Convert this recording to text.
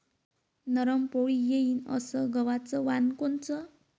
नरम पोळी येईन अस गवाचं वान कोनचं?